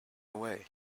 away